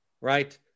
right